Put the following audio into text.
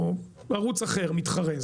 ערוץ אחר מתחרה,